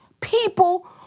people